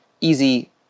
easy